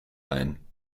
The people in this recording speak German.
ein